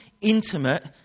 intimate